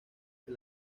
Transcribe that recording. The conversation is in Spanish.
que